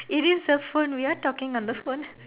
it is a phone we are talking on the phone